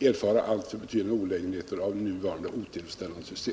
erfara alltför betydande olägenheter med nuvarande otillfredsställande system.